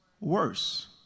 worse